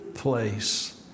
place